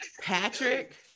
Patrick